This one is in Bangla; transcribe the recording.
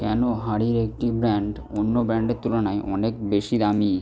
কেন হাঁড়ির একটি ব্র্যাণ্ড অন্য ব্র্যাণ্ডের তুলনায় অনেক বেশি দামি